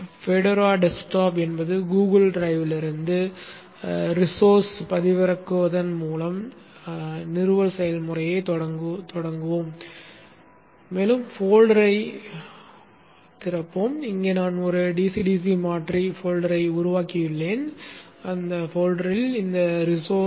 Fedora desktop என்பது Google டிரைவிலிருந்து ரீஸோர்ஸை பதிவிறக்குவதன் மூலம் நிறுவல் செயல்முறையைத் தொடங்குவோம் மேலும் போல்டரை திறப்போம் இங்கே நான் ஒரு dc dc மாற்றி போல்டரை உருவாக்கியுள்ளேன் அந்த போல்டரில் இந்த resource01